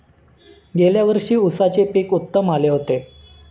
गेल्या वर्षी उसाचे पीक उत्तम आले होते